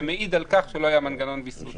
זה מעיד על כך שלא היה מנגנון ויסות.